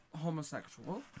homosexual